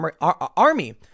Army